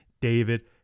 David